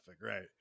right